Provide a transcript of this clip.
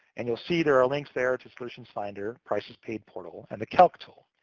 and you'll see there are links there to solutions finder, prices paid portal, and the calc tool.